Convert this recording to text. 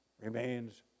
remains